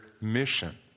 mission